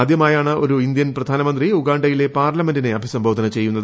ആദ്യമായാണ് ഒരു ഇന്ത്യൻ പ്രധാനമന്ത്രി ഉഗാണ്ടയിലെ പാർലമെന്റിനെ അഭിസംബോധന ചെയ്യുന്നത്